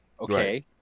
okay